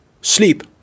sleep